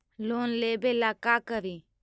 Loan लेबे ला का करि?